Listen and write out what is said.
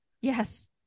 yes